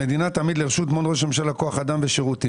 המדינה תעמיד לרשות מעון ראש הממשלה כוח אדם ושירותים,